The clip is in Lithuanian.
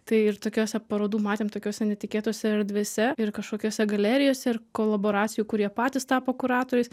tai ir tokiose parodų matėm tokiose netikėtose erdvėse ir kažkokiose galerijos ir kolaboracijų kur jie patys tapo kuratoriais